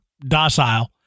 docile